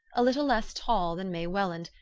a little less tall than may welland,